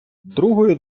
другою